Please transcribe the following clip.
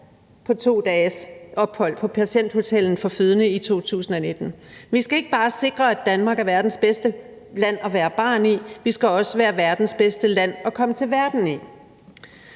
på 2 dages ophold på et patienthotel for fødende i 2019. Vi skal ikke bare sikre, at Danmark er verdens bedste land at være barn i. Vi skal også være verdens bedste land at komme til verden i.